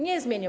Nie zmienią.